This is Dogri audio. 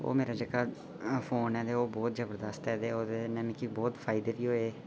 ओह् मेरा जेका फोन ऐ ते बहुत जबरदस्त ऐ ते ओह्दे कन्नै मिकी बड़े फायदे बी होए